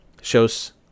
shows